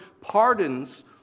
pardons